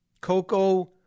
Coco